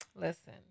listen